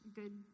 good